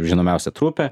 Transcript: žinomiausia trupė